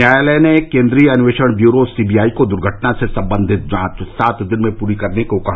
न्यायालय ने केंद्रीय अन्वेषण ब्यूरो सीबीआई को दुर्घटना से संबंधित जांच सात दिन में पूरी करने का भी निर्देश दिया